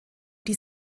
die